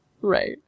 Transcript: Right